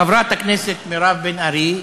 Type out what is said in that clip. חברת הכנסת מירב בן ארי,